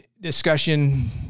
discussion